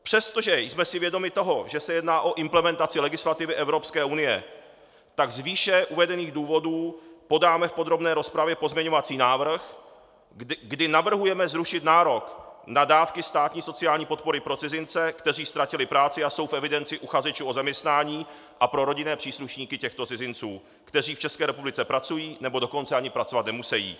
Přestože jsme si vědomi toho, že se jedná o implementaci legislativy Evropské unie, tak z výše uvedených důvodů podáme v podrobné rozpravě pozměňovací návrh, kdy navrhujeme zrušit nárok na dávky státní sociální podpory pro cizince, kteří ztratili práci a jsou v evidenci uchazečů o zaměstnání, a pro rodinné příslušníky těchto cizinců, kteří v České republice pracují, nebo dokonce ani pracovat nemusejí.